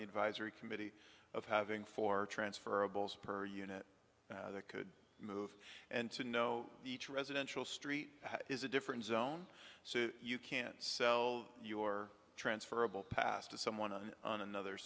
the advisory committee of having for transfer a bull's per unit that could move and to know each residential street is a different zone so you can sell your transferable pass to someone on another